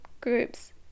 groups